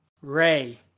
Ray